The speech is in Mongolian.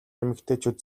эмэгтэйчүүд